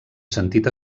sentit